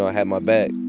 ah had my back.